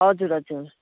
हजुर हजुर